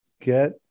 Get